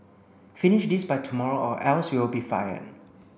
finish this by tomorrow or else you'll be fired